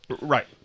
right